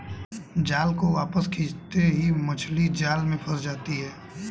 जाल को वापस खींचते ही मछली जाल में फंस जाती है